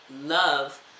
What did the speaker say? love